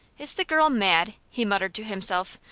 is the girl mad? he muttered to himself.